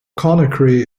conakry